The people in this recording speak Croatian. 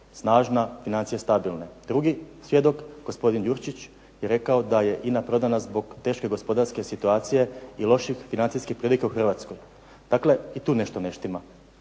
snažna, financije stabilne. Drugi svjedok gosopdin Jurčić je rekao da je INA prodana zbog teške gospodarske situacije i loših financijskih prilika u Hrvatskoj. Dakle i tu nešto ne štima.